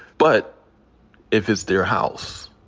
but if it's their house,